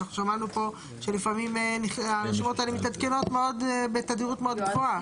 אנחנו שמענו פה שלפעמים הרשימות האלה מתעדכנות בתדירות מאוד גבוהה.